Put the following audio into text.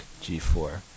G4